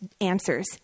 answers